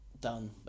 done